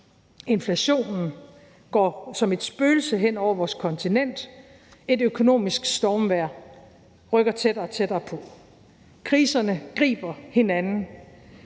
inflationen går som et spøgelse hen over vores kontinent, og et økonomisk stormvejr rykker tættere og tættere på. Kriserne griber ind